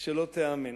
שלא תיאמן.